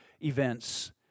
events